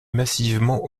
massivement